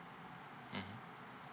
mmhmm